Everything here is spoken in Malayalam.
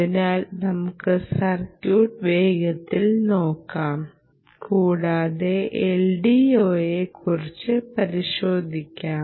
അതിനാൽ നമുക്ക് സർക്യൂട്ട് വേഗത്തിൽ നോക്കാം കൂടാതെ LDO യെ കുറിച്ച് പരിശോധിക്കാം